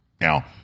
Now